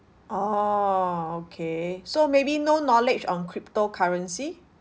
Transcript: orh okay so maybe no knowledge on crypto currency